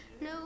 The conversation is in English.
no